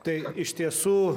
tai iš tiesų